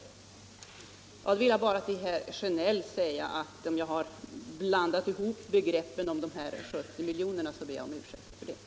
Slutligen vill jag till herr Sjönell säga att om jag har blandat ihop begreppen när det gäller de 70 miljonerna ber jag om ursäkt för det.